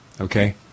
Okay